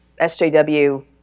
SJW